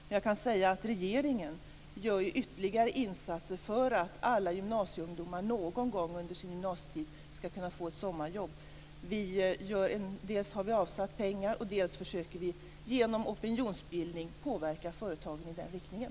Men jag kan säga att regeringen gör ytterligare insatser för att alla gymnasieungdomar någon gång under gymnasietiden skall kunna få ett sommarjobb. Dels har vi avsatt pengar för detta, dels försöker vi genom opinionsbildning påverka företagen i den riktningen.